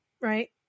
Right